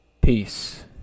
Peace